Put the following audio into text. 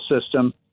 system